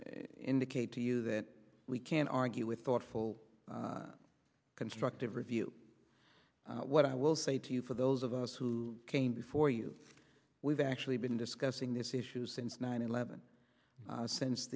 indicate to you that we can argue with thoughtful constructive review what i will say to you for those of us who came before you we've actually been discussing this issue since nine eleven since